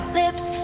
lips